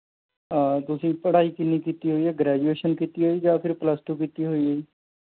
ਤੁਸੀਂ ਪੜ੍ਹਾਈ ਕਿੰਨੀ ਕੀਤੀ ਹੋਈ ਹੈ ਗ੍ਰੈਜੂਏਸ਼ਨ ਕੀਤੀ ਹੋਈ ਜਾਂ ਫੇਰ ਪਲੱਸ ਟੂ ਕੀਤੀ ਹੋਈ ਹੈ ਜੀ